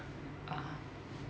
ah